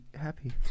happy